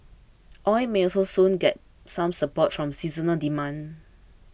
oil may also soon get some support from seasonal demand